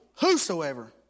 whosoever